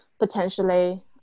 potentially